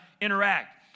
interact